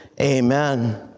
Amen